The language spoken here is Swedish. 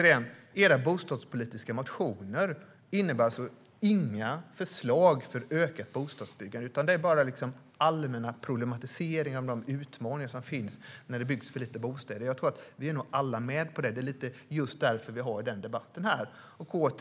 I era bostadspolitiska motioner finns som sagt inga förslag för ökat bostadsbyggande, utan det är bara allmänna problematiseringar av de utmaningar som uppstår när det byggs för lite bostäder. Jag tror att vi alla är med på det, och det är därför vi har denna debatt.